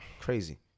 Crazy